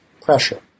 pressure